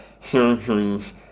surgeries